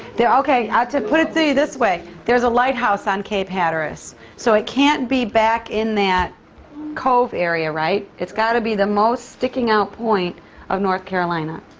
there okay. i'll to put it to you this way, there's a lighthouse on cape hatteras so it can't be back in that cove area, right? it's got to be the most sticking out point of north carolina.